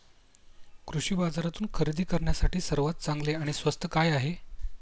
कृषी बाजारातून खरेदी करण्यासाठी सर्वात चांगले आणि स्वस्त काय आहे?